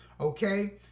okay